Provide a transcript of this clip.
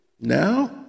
Now